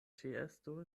ĉeesto